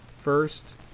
first